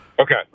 Okay